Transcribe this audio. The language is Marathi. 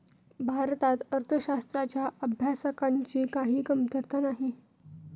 भारतात अर्थशास्त्राच्या अभ्यासकांची काही कमतरता नाही